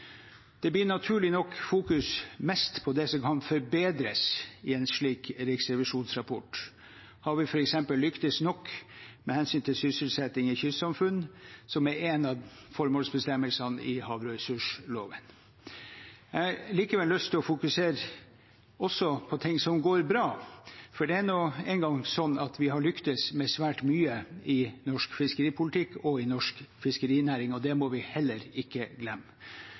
Det blir naturlig nok mest fokus på det som kan forbedres i en slik riksrevisjonsrapport. Har vi f.eks. lyktes nok med hensyn til sysselsetting i kystsamfunn, som er en av formålsbestemmelsene i havressursloven? Jeg har likevel lyst til å fokusere også på ting som går bra, for det er nå engang sånn at vi har lyktes med svært mye i norsk fiskeripolitikk og i norsk fiskerinæring. Det må vi heller ikke glemme.